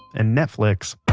and netflix